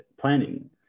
planning